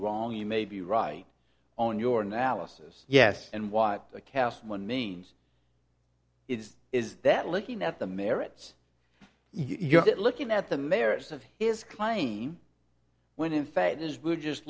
wrong you may be right on your analysis yes and what a cast one means is that looking at the merits you're looking at the mayor's of his claim when in fact it is we're just